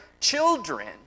children